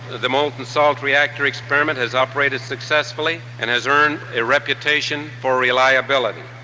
the molten salt reactor experiment has operated successfully and has earned a reputation for reliability.